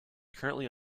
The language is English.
currently